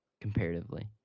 comparatively